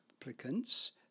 applicants